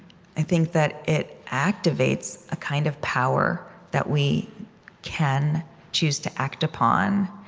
i think that it activates a kind of power that we can choose to act upon.